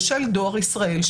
בשל דואר ישראל,